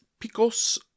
Picos